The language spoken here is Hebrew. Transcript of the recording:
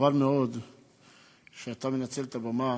חבל מאוד שאתה מנצל את הבמה